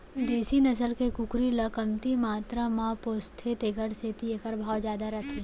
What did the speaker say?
देसी नसल के कुकरी ल कमती मातरा म पोसथें तेकर सेती एकर भाव जादा रथे